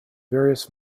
various